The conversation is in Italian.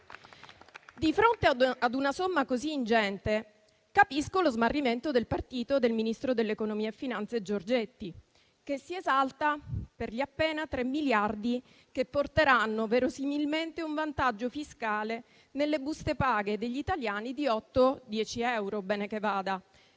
Di fronte a una somma così ingente, capisco lo smarrimento del partito del ministro dell'economia e delle finanze Giorgetti, che si esalta per gli appena 3 miliardi che porteranno verosimilmente un vantaggio fiscale nelle buste paga degli italiani di 8-10 euro, ben che vada;